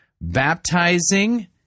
baptizing